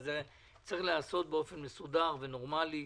אבל זה צריך להיעשות באופן מסודר ונורמלי.